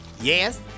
Yes